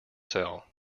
sell